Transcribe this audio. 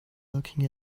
looking